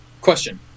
Question